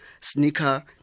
sneaker